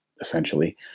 essentially